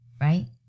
right